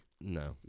No